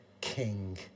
King